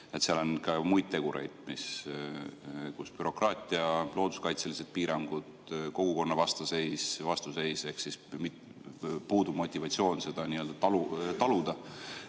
Seal on ka muid tegureid, nagu bürokraatia, looduskaitselised piirangud, kogukonna vastuseis, ehk siis puudub motivatsioon seda nii-öelda taluda